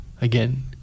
again